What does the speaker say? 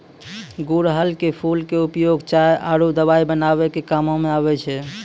गुड़हल के फूल के उपयोग चाय आरो दवाई बनाय के कामों म आबै छै